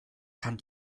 kann